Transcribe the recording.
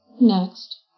Next